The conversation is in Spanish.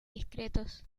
discretos